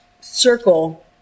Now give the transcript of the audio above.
circle